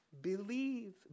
believe